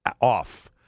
off